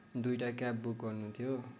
दुईवटा cab book गर्नु थियो